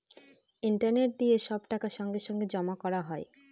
internet দিয়ে সব টাকা সঙ্গে সঙ্গে জমা করা হয়